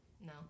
No